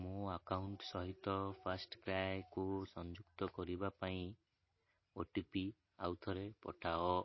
ମୋ ଆକାଉଣ୍ଟ୍ ସହିତ ଫାର୍ଷ୍ଟ୍କ୍ରାଏକୁ ସଂଯୁକ୍ତ କରିବା ପାଇଁ ଓ ଟି ପି ଆଉଥରେ ପଠାଅ